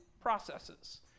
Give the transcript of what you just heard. processes